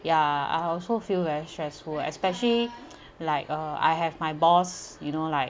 ya I also feel very stressful especially like uh I have my boss you know like